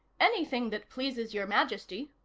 anything that pleases your majesty.